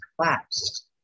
collapsed